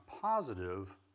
positive